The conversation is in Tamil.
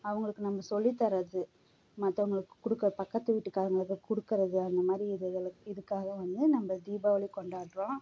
அவங்களுக்கு நம்ம சொல்லித்தரது மற்றவங்களுக்கு கொடுக்கற பக்கத்து வீட்டுக்காரவர்களுக்கு கொடுக்கறது அந்த மாதிரி இதுகளுக் இதுக்காக வந்து நம்ப தீபாவளி கொண்டாடுறோம்